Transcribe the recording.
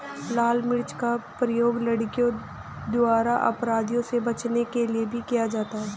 लाल मिर्च का प्रयोग लड़कियों द्वारा अपराधियों से बचने के लिए भी किया जाता है